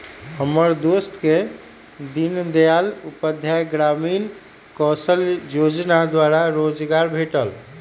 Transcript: हमर दोस के दीनदयाल उपाध्याय ग्रामीण कौशल जोजना द्वारा रोजगार भेटल